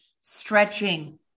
stretching